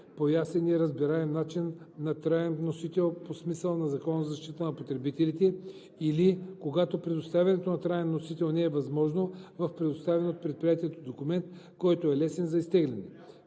по ясен и разбираем начин на траен носител по смисъла на Закона за защита на потребителите или, когато предоставянето на траен носител не е възможно, в предоставен от предприятието документ, който е лесен за изтегляне.